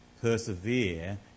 Persevere